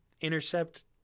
intercept